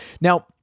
Now